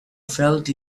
felt